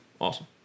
Awesome